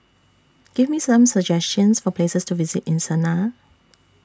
Give Me Some suggestions For Places to visit in Sanaa